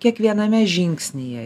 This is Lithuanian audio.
kiekviename žingsnyje